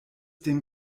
dem